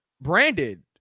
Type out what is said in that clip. branded